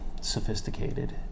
sophisticated